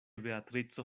beatrico